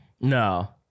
No